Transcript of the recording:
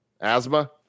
Asthma